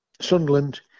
Sunderland